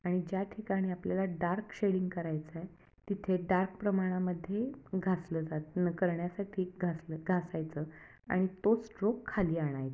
आणि ज्या ठिकाणी आपल्याला डार्क शेडिंग करायचं आहे तिथे डार्क प्रमाणामध्ये घासलं जात न करण्यासाठी घासलं घासायचं आणि तो स्ट्रोक खाली आणायचा